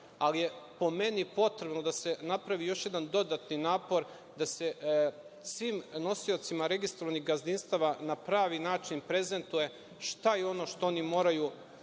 ali je po meni potrebno da se napravi još jedan dodatni napor, da se svim nosiocima registrovanih gazdinstava na pravi način prezentuje, šta je ono što oni moraju